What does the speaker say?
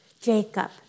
Jacob